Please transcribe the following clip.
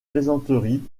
plaisanterie